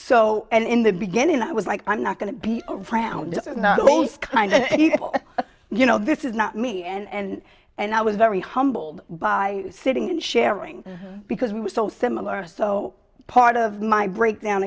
so and in the beginning i was like i'm not going to be around this is not kind of you know this is not me and and i was very humbled by sitting and sharing because we were so similar so part of my breakdown